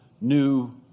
new